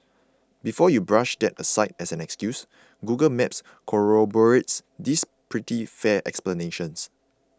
before you brush that aside as an excuse Google Maps corroborates this pretty fair explanation